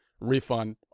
refund